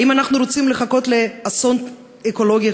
האם אנחנו רוצים לחכות לאסון אקולוגי,